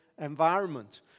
environment